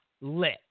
lit